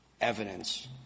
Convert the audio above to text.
evidence